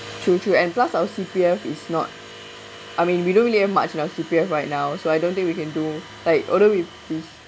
true true and plus our C_P_F is not I mean we don't really earn much now C_P_F right now so I don't think we can do like although we please